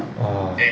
orh